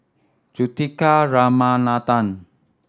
Juthika Ramanathan